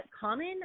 common